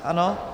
Ano?